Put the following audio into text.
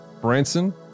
Branson